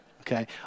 Okay